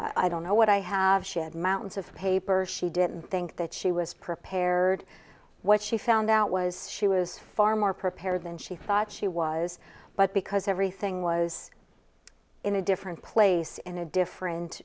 i don't know what i have shed mounds of paper she didn't think that she was prepared what she found out was she was far more prepared than she thought she was but because everything was in a different place in a different